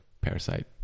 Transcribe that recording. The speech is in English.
Parasite